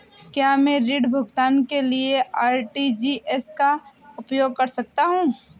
क्या मैं ऋण भुगतान के लिए आर.टी.जी.एस का उपयोग कर सकता हूँ?